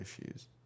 issues